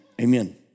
amen